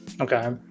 okay